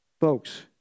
Folks